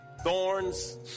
thorns